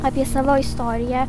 apie savo istoriją